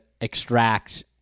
extract